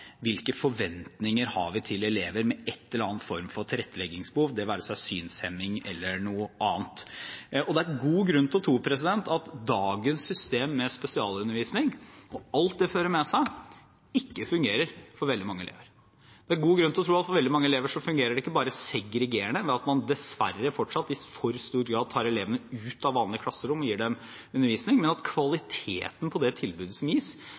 hvilke forventninger vi har til elever med en eller annen form for tilretteleggingsbehov, det være seg synshemming eller noe annet. Det er god grunn til å tro at dagens system – med spesialundervisning og alt som det fører med seg – ikke fungerer for veldig mange elever. Det er god grunn til å tro at for veldig mange elever fungerer det ikke bare segregerende, ved at man dessverre fortsatt i for stor grad tar dem ut av vanlige klasserom og gir dem undervisning, men at kvaliteten på det tilbudet som gis,